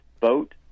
vote